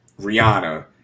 Rihanna